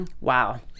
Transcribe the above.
wow